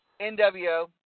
NWO